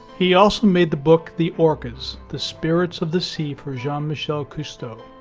he also made the book the orcas the spirits of the sea for jean-michel cousteau.